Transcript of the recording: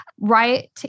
Right